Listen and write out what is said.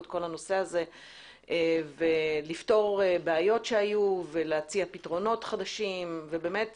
כל הנושא הזה ולפתור בעיות שהיו ולהציע פתרונות חדשים ובאמת